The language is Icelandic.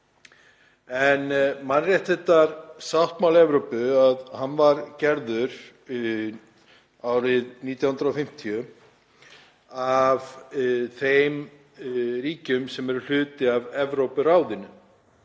Mannréttindasáttmáli Evrópu var gerður árið 1950 af þeim ríkjum sem eru hluti af Evrópuráðinu.